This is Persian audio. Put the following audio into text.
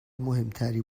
مهمتری